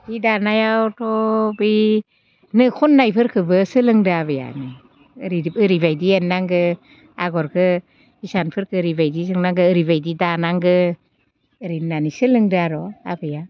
हि दानायावथ' बै नो खननायफोरखौबो फोरोंदों आबैयानो ओरैबायदि एरनांगौ आगरखौ हिसानफोरखौ ओरैबायदि सोंनांगौ ओरैबादि दानांगौ ओरै होन्नानै फोरोंदो आरो आबैया